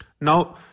Now